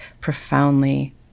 profoundly